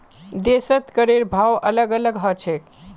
देशत करेर भाव अलग अलग ह छेक